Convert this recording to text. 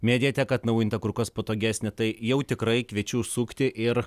mediateka atnaujinta kur kas patogesnė tai jau tikrai kviečiu užsukti ir